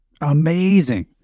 Amazing